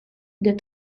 des